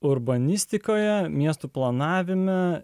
urbanistikoje miestų planavime